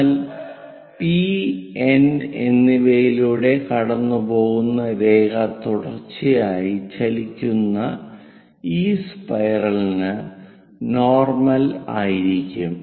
എന്നാൽ P N P N എന്നിവയിലൂടെ കടന്നുപോകുന്ന രേഖ തുടർച്ചയായി ചലിക്കുന്ന ഈ സ്പൈറലിന് നോർമൽ ആയിരിക്കും